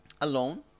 alone